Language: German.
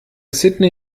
sydney